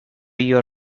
your